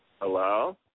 hello